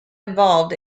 involved